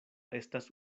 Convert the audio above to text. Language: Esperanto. estas